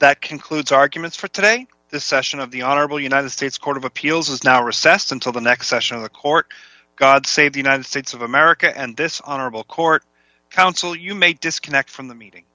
that concludes arguments for today the session of the honorable united states court of appeals has now recessed until the next session of the court god save the united states of america and this honorable court counsel you may disconnect from the me